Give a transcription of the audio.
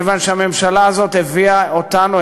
מכיוון שהממשלה הזאת הביאה אותנו,